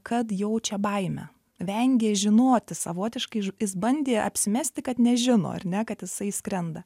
kad jaučia baimę vengė žinoti savotiškai jis bandė apsimesti kad nežino ar ne kad jisai skrenda